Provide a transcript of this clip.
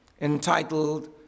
entitled